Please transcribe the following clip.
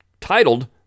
titled